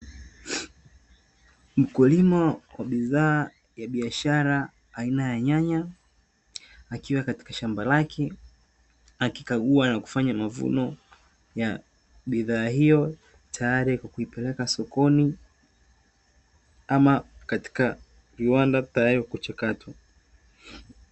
Mkulima wa bidhaa ya biashara aina ya nyanya akiwa katika shamba lake hakikagua na kufanya mavuno ya bidhaa hiyo tayari kukuipeleka sokoni katika viwanda tayari kuchakatwa.